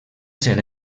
ser